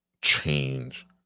change